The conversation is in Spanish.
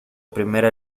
primera